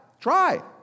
Try